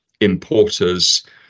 importers